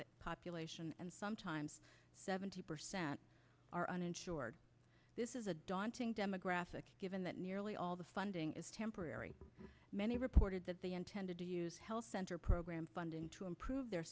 population and sometimes seventy percent are uninsured this is a daunting demographic given that nearly all the funding is temporary many reported that they intended to use health center program funding to improve their